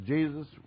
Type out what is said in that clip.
Jesus